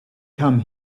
come